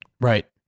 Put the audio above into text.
Right